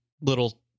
little